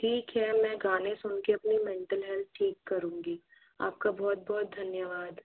ठीक है मैं गाने सुनके अपनी मेंटल हेल्थ ठीक करूँगी आपका बहुत बहुत धन्यवाद